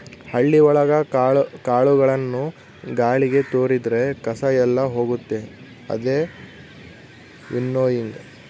ಹಳ್ಳಿ ಒಳಗ ಕಾಳುಗಳನ್ನು ಗಾಳಿಗೆ ತೋರಿದ್ರೆ ಕಸ ಎಲ್ಲ ಹೋಗುತ್ತೆ ಅದೇ ವಿನ್ನೋಯಿಂಗ್